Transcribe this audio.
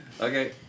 Okay